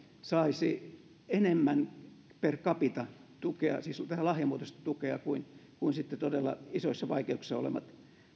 saisi enemmän tukea per capita siis tätä lahjamuotoista tukea kuin kuin todella isoissa vaikeuksissa olevat